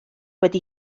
wedi